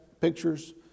pictures